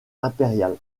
impériale